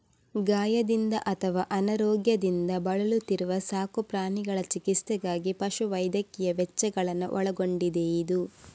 ಗಾಯದಿಂದ ಅಥವಾ ಅನಾರೋಗ್ಯದಿಂದ ಬಳಲುತ್ತಿರುವ ಸಾಕು ಪ್ರಾಣಿಗಳ ಚಿಕಿತ್ಸೆಗಾಗಿ ಪಶು ವೈದ್ಯಕೀಯ ವೆಚ್ಚಗಳನ್ನ ಒಳಗೊಂಡಿದೆಯಿದು